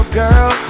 girl